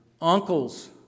uncles